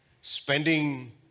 spending